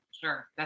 Sure